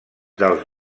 dels